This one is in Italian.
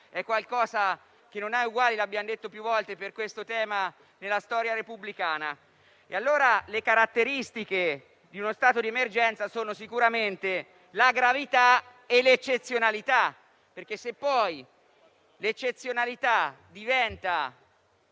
è qualcosa che non ha eguali - l'abbiamo detto più volte su questo tema - nella storia repubblicana. Le caratteristiche di uno stato di emergenza sono sicuramente la gravità e l'eccezionalità; se poi l'eccezionalità diventa